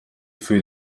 für